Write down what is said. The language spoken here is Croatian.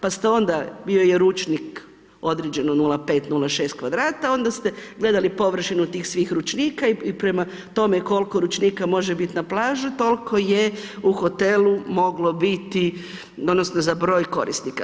Pa ste onda, bio je ručnik određeno 0,5, 0,6 kvadrata, onda ste gledali površinu svih tih ručnika i prema tome koliko ručnika može biti na plaži, toliko je u hotelu moglo biti odnosno za broj korisnika.